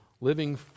Living